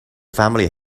family